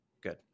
good